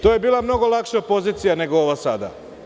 To je bilo mnogo lakša pozicija nego ova sada.